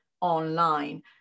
online